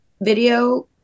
video